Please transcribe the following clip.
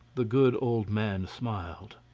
the good old man smiled.